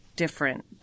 Different